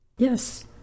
Yes